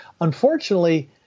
Unfortunately